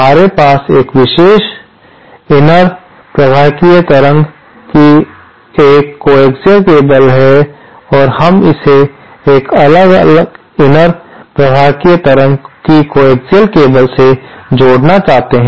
हमारे पास एक विशेष इनर प्रवाहकीय तरंग की एक कोएक्सिअल केबल है और हम इसे एक अलग अलग इनर प्रवाहकीय तरंग की कोएक्सिअल केबल से जोड़ना चाहते हैं